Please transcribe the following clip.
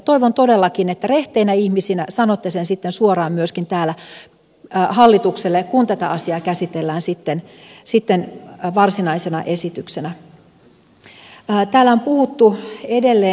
toivon todellakin että rehteinä ihmisinä sanotte sen sitten suoraan myöskin täällä hallitukselle kun tätä asiaa käsitellään varsinaisena esityksenä